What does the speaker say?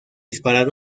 disparar